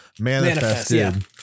Manifested